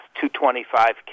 225k